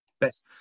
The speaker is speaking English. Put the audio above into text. Best